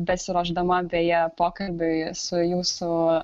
besiruošdama beje pokalbiui su jūsų